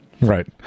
right